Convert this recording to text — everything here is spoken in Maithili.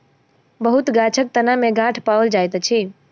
बहुत गाछक तना में गांठ पाओल जाइत अछि